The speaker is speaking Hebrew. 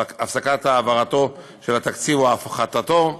הפסקת העברת התקציב או הפחתתו.